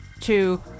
two